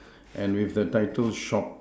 and with the title shop